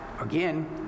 again